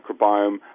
microbiome